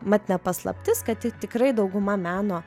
mat ne paslaptis kad tikrai dauguma meno